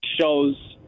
shows –